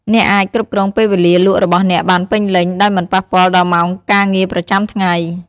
អ្នកអាចគ្រប់គ្រងពេលវេលាលក់របស់អ្នកបានពេញលេញ ដោយមិនប៉ះពាល់ដល់ម៉ោងការងារប្រចាំថ្ងៃ។